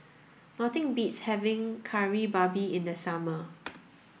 nothing beats having Kari Babi in the summer